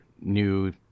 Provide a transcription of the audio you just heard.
new